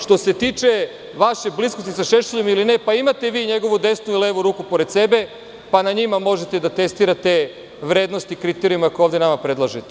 Što se tiče vaše bliskosti sa Šešeljem ili ne, pa imate vi njegovu desnu i levu ruku pored sebe, pa na njima možete da testirate vrednosti kriterijuma koje ovde nama predlažete.